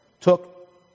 took